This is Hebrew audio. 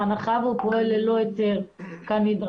בהנחה והוא פועל ללא היתר כנדרש,